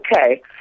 Okay